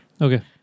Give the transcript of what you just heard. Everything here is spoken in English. okay